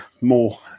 more